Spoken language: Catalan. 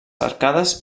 arcades